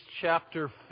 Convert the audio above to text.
chapter